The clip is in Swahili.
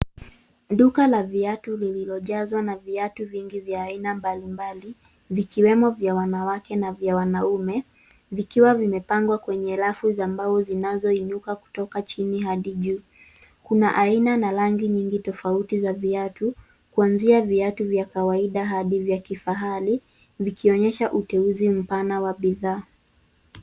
Duka la viatu lililojazwa na viatu vingi vya aina mbalimbali vikiwemo vya wanawake na vya wanaume, vikiwa vimepangwa kwenye rafu za mbao zinazoinuka kutoka chini hadi juu. Kuna aina na rangi nyingi tofauti za viatu kuanzia viatu vya kawaida hadi vya kifahari, vikionyesha uteuzi mpana wa bidhaa.